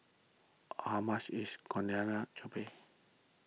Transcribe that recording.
how much is Coriander